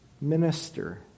minister